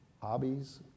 hobbies